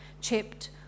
chipped